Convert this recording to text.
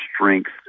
strength